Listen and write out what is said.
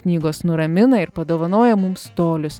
knygos nuramina ir padovanoja mums tolius